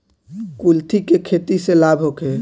कुलथी के खेती से लाभ होखे?